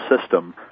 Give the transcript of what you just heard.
system